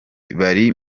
bari